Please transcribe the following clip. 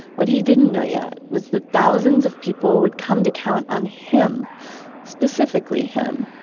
what he didn't know yet was that thousands of people would come to count on him specifically, him,